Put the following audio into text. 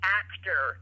actor